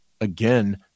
again